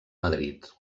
madrid